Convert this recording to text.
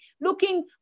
Looking